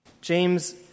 James